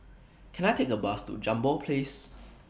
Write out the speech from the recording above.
Can I Take A Bus to Jambol Place